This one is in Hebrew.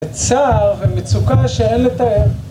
בצער ומצוקה שאין לתאר